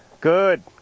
Good